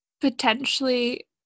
potentially